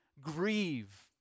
grieve